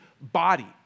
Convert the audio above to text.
body